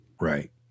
Right